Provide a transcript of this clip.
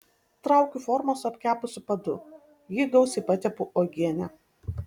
traukiu formą su apkepusiu padu jį gausiai patepu uogiene